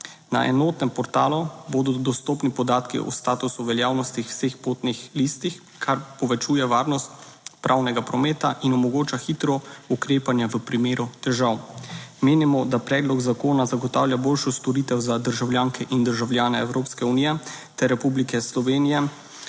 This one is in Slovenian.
Na enotnem portalu bodo dostopni podatki o statusu veljavnosti vseh potnih listin, kar povečuje varnost pravnega prometa in omogoča hitro ukrepanje v primeru težav. Menimo, da predlog zakona zagotavlja boljšo storitev za državljanke in državljane Evropske unije ter Republike Slovenije